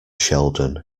sheldon